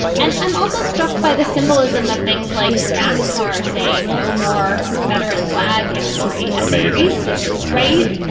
and i'm also struck by the symbolism that things like nascar saying no more confederate flag imagery. and amazing. this is amazing.